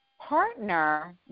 partner